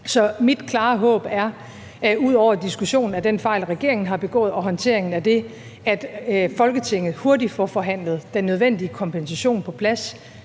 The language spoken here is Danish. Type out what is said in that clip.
Så mit klare håb er, ud over diskussionen om den fejl, regeringen har begået, og håndteringen af den, at Folketinget hurtigt får forhandlet den nødvendige kompensation på plads